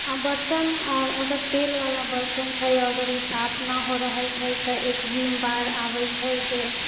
आओर बरतन अगर तेलवला बरतन छै अगर ओ साफ नहि हो रहल छै तऽ एक विम बार आबै छै जे